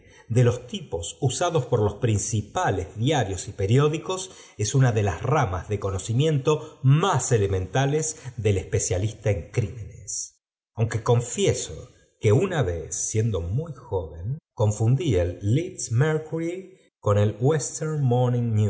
de los tipos usa dos por los principales diarios y periódicos es una de las ramas de conocimiento más elementales dej especialista en crímenes aunque confieso que una vez siendo muy joven confundí el leeds mercurw con el